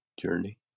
journey